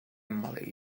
moly